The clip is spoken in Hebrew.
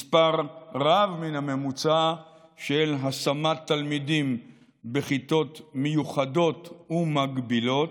מספר רב מן הממוצע של השמת תלמידים בכיתות מיוחדות ומגבילות,